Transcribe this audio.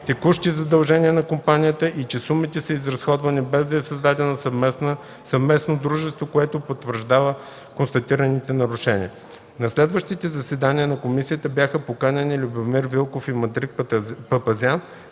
текущи задължения на компанията и че сумите са изразходвани, без да е създадено съвместно дружество, което потвърждава констатираните нарушения. На следващите заседания на комисията бяха поканени Любомир Велков и Мадрик Папазян